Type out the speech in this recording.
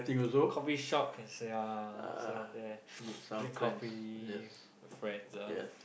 coffeeshop uh can sit down sit down there drink coffee friends ah